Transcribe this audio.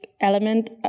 element